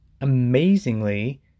Amazingly